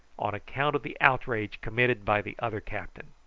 on account of the outrage committed by the other captain.